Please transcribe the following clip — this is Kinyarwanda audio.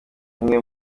umwe